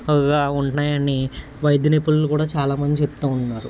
అల్లా ఉంటున్నాయని వైద్య నిపుణులు కూడా చాలా మంది చెప్తూ ఉన్నారు